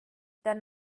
dann